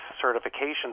certification